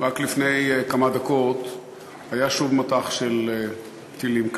רק לפני כמה דקות היה שוב מטח כזה של טילים.